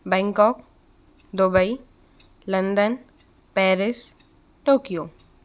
Bangkok Dubai London Paris Tokyo